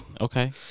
Okay